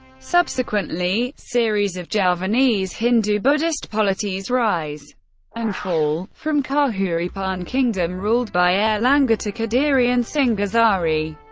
subsequently, series of javanese hindu-buddhist polities rise and fall, from kahuripan kingdom ruled by airlangga to kadiri and singhasari.